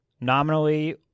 nominally